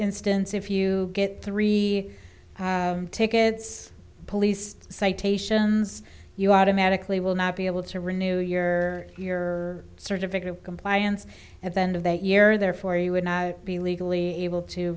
instance if you get three tickets police citations you automatically will not be able to renew your your certificate of compliance at the end of that year therefore you would not be legally able to